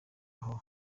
aho